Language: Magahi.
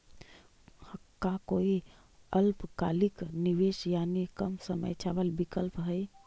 का कोई अल्पकालिक निवेश यानी कम समय चावल विकल्प हई?